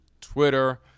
Twitter